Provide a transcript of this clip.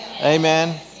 Amen